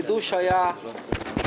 החידוש היה לפני